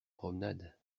promenade